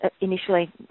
initially